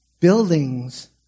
Buildings